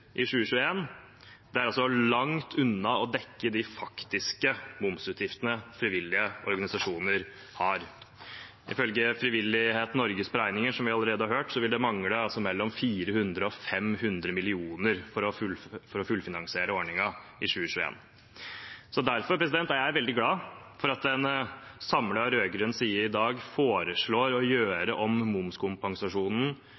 langt unna å dekke de faktiske momsutgiftene frivillige organisasjoner har. Ifølge Frivillighet Norges beregninger vil det, som vi allerede har hørt, mangle mellom 400 mill. kr og 500 mill. kr for å fullfinansiere ordningen i 2021. Derfor er jeg veldig glad for at en samlet rød-grønn side i dag foreslår å